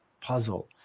puzzle